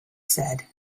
said